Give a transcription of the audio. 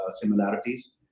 similarities